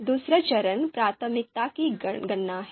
दूसरा चरण प्राथमिकता की गणना है